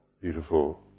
beautiful